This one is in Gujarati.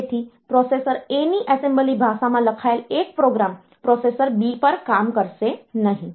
તેથી પ્રોસેસર A ની એસેમ્બલી ભાષામાં લખાયેલ એક પ્રોગ્રામ પ્રોસેસર B પર કામ કરશે નહીં